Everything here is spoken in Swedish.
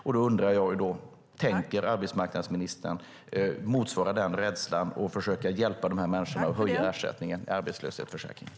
Jag undrar: Tänker arbetsmarknadsministern motverka denna rädsla, försöka hjälpa dessa människor och höja ersättningen i arbetslöshetsförsäkringen?